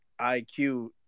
IQ